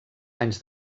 anys